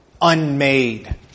unmade